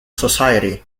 society